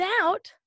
out